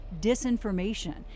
disinformation